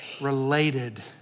related